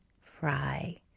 Fry